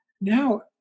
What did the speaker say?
now